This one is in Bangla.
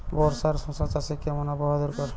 বর্ষার শশা চাষে কেমন আবহাওয়া দরকার?